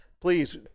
Please